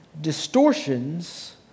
distortions